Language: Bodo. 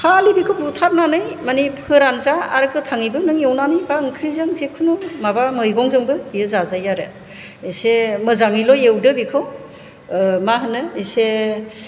खालि बेखौ बुथारनानै माने फोरान जा आरो गोथाङैबो नों एवनानै बा ओंख्रिजों जिखुनु माबा मैगंजोंबो बेयो जाजायो आरो एसे मोजाङैल' एवदो बेखौ मा होनो इसे